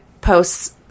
posts